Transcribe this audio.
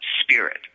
spirit